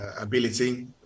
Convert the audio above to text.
ability